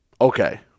Okay